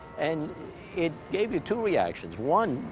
and it gave you two reactions. one,